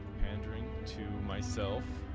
pandering to myself